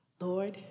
Lord